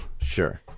Sure